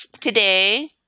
today